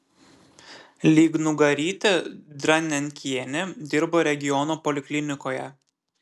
lygnugarytė dranenkienė dirbo regiono poliklinikoje